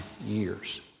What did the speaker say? years